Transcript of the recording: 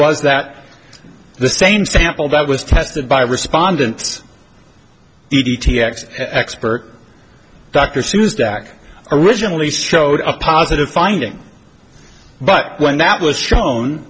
was that the same sample that was tested by respondents e t s expert dr seuss dak originally showed a positive finding but when that was shown